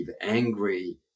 angry